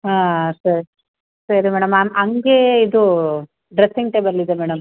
ಹಾಂ ಸರಿ ಸರಿ ಮೇಡಮ್ ಹಂಗೆ ಇದು ಡ್ರಸ್ಸಿಂಗ್ ಟೇಬಲ್ ಇದೆ ಮೇಡಮ್